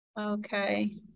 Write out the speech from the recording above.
okay